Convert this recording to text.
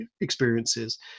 experiences